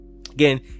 Again